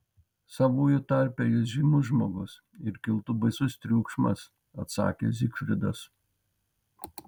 savųjų tarpe jis žymus žmogus ir kiltų baisus triukšmas atsakė zigfridas